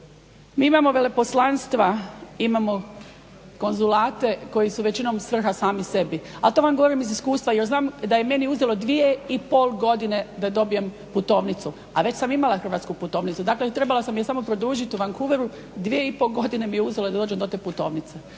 Mi imamo veleposlanstva, imamo konzulate koji su većinom svrha sami sebi, a to vam govorim iz iskustva jer znam da je meni uzelo 2,5 godine da dobijem putovnicu a već sam imala hrvatsku putovnicu. Dakle, trebala sam je samo produžiti u Vancouveru, 2,5 godine mi je uzelo da dođem do te putovnice.